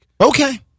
Okay